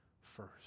first